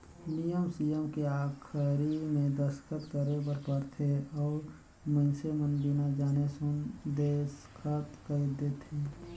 नियम सियम के आखरी मे दस्खत करे बर परथे अउ मइनसे मन बिना जाने सुन देसखत कइर देंथे